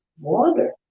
water